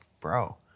bro